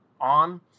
on